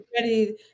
ready